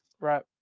Right